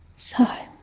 so,